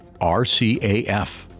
RCAF